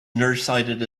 nearsighted